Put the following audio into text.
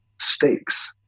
stakes